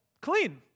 clean